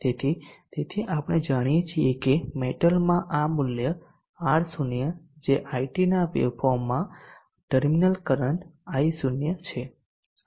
તેથી તેથી આપણે જાણીએ છીએ કે મેટલમાં આ મૂલ્ય R0 જે IT ના વેવફોર્મમાં ટર્મિનલ કરંટ I0 છે